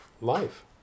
life